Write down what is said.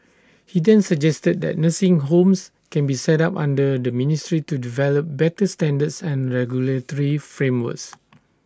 he then suggested that nursing homes can be set up under the ministry to develop better standards and regulatory frameworks